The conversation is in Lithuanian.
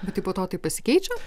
bet tai po to tai pasikeičia